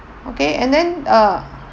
okay and then uh